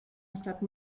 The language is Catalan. estat